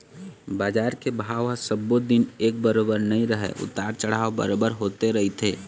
बजार के भाव ह सब्बो दिन एक बरोबर नइ रहय उतार चढ़ाव बरोबर होते रहिथे